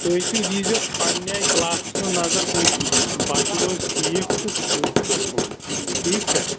تُہۍ تہِ دیٖزیو پنٛنہِ آیہِ کٕلاسَس منٛز نظر کُس بَچہِ روزِ ٹھیٖک تہٕ سُے تُلہون ٹھیٖک چھےٚ